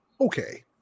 Okay